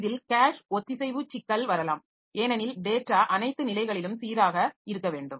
இதில் கேஷ் ஒத்திசைவு சிக்கல் வரலாம் ஏனெனில் டேட்டா அனைத்து நிலைகளிலும் சீராக இருக்க வேண்டும்